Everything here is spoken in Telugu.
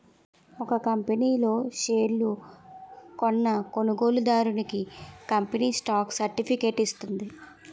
ఒక కంపనీ లో షేర్లు కొన్న కొనుగోలుదారుడికి కంపెనీ స్టాక్ సర్టిఫికేట్ ఇస్తుంది